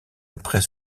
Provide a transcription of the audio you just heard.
après